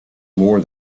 more